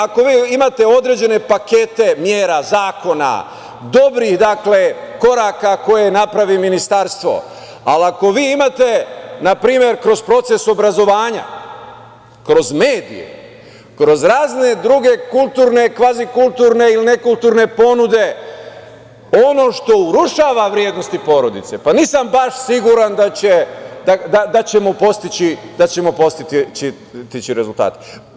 Ako vi imate određene pakete mera, zakona, dobrih koraka koje naprav Ministarstvo, ali ako vi imate na primer kroz proces obrazovanja, kroz medije, kroz razne druge kulturne, kvazi kulturne ili nekulturne ponuda ono što urušava vrednosti porodice, pa nisam baš siguran da ćemo postići rezultate.